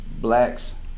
blacks